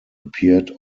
appeared